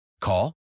Call